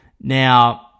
Now